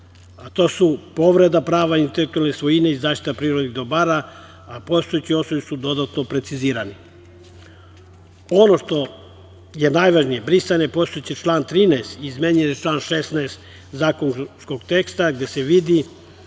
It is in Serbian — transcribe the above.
a to su povreda prava intelektualne svojine i zaštiti prirodnih dobara, a postojeći osnovi su dodatno precizirani. Ono što je najvažnije, brisan je postojeći član 13. izmenjen je član 16. zakonskog teksta gde se viši